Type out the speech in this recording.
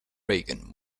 reagan